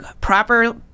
proper